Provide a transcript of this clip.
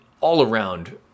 all-around